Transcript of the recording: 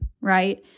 right